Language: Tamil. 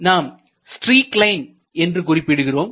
நாம் ஸ்ட்ரீக் லைன் என்று குறிப்பிடுகிறோம்